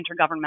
intergovernmental